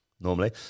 Normally